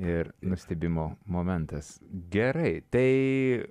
ir nustebimo momentas gerai tai